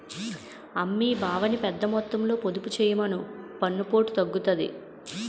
అమ్మీ బావని పెద్దమొత్తంలో పొదుపు చెయ్యమను పన్నుపోటు తగ్గుతాది